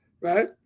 right